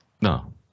no